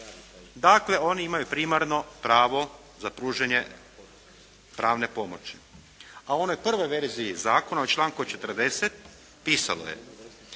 Dakle, oni imaju primarno pravo za pružanje pravne pomoći. A u onoj prvoj verziji zakona u članku 40. pisalo je: